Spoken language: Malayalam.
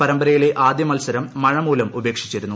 പരമ്പരയിലെ ആദ്യ മത്സരം മഴമൂലം ഉപേക്ഷിച്ചിരുന്നു